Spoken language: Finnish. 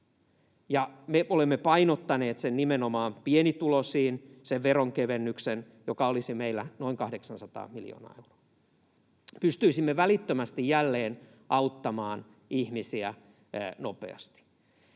Me olemme painottaneet nimenomaan pienituloisiin sen veronkevennyksen, joka olisi meillä noin 800 miljoonaa euroa. Pystyisimme välittömästi jälleen auttamaan ihmisiä nopeasti